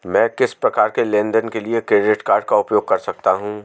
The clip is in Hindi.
मैं किस प्रकार के लेनदेन के लिए क्रेडिट कार्ड का उपयोग कर सकता हूं?